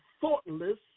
thoughtless